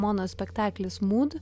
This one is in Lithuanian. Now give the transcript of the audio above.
monospektaklis mudu